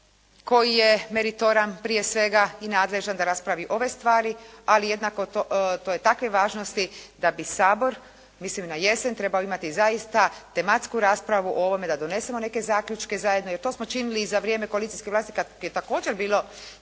koji je meritoran prije svega i nadležan da raspravi ove stvari, ali jednako to je takve važnosti da bi Sabor mislim na jesen trebao imati zaista tematsku raspravu o ovome, da donesemo nekakve zaključke zajedno, jer to smo činili i za vrijem koalicijske vlasti, kada je također bilo,